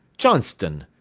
johnston,